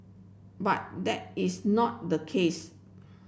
but that is not the case